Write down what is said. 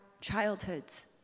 childhoods